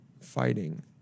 Fighting